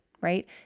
right